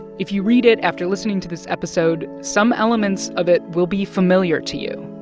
if you read it after listening to this episode, some elements of it will be familiar to you.